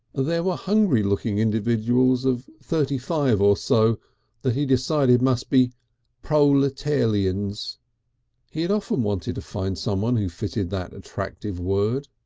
there were hungry looking individuals of thirty-five or so that he decided must be proletelerians he had often wanted to find someone who fitted that attractive word.